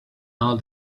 all